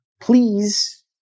please